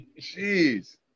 Jeez